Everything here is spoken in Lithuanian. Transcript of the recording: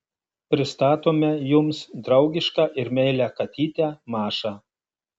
pristatome jums draugišką ir meilią katytę mašą